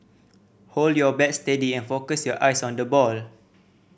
hold your bat steady and focus your eyes on the ball